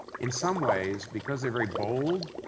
in some ways, because they're very bold,